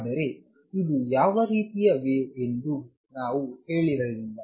ಆದರೆ ಇದು ಯಾವ ರೀತಿಯ ವೇವ್ ಎಂದು ನಾವು ಹೇಳಿರಲಿಲ್ಲ